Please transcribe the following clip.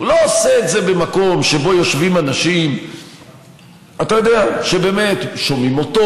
הוא לא עושה את זה במקום שבו יושבים אנשים שבאמת שומעים אותו